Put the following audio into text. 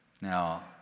now